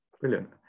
Brilliant